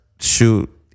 shoot